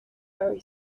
very